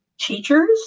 teachers